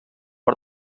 per